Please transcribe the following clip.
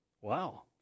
Wow